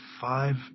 five